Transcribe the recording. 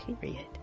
period